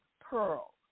Pearl